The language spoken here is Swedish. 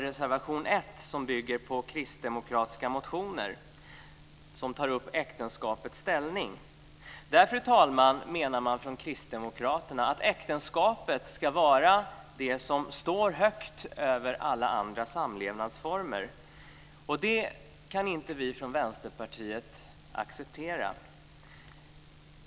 Reservation 1 bygger på kristdemokratiska motioner där man tar upp äktenskapets ställning. Kristdemokraterna menar att äktenskapet ska vara det som står högt över alla andra samlevnadsformer. Det kan vi i Vänsterpartiet inte acceptera.